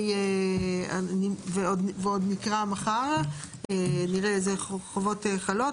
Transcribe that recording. ועוד נקרא מחר, נראה איזה חובות חלות.